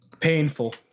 Painful